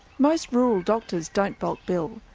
most rural doctors don't bulk-bill,